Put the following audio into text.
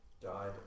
died